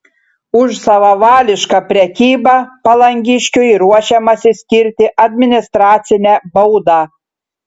už savavališką prekybą palangiškiui ruošiamasi skirti administracinę baudą